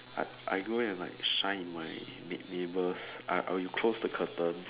I I go in and like shine at my neighbour I would close the curtain